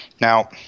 Now